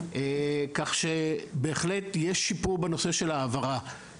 כך שבהחלט יש שיפור בנושא של ההעברה,